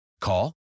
Call